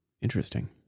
Interesting